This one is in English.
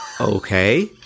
Okay